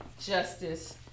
justice